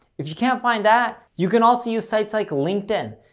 if you can't find that, you can also use sites like linkedin.